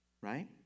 right